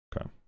okay